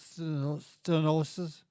stenosis